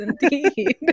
Indeed